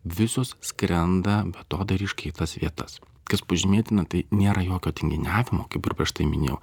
visos skrenda beatodairiškai į tas vietas kas pažymėtina tai nėra jokio tinginiavimo kaip ir prieš tai minėjau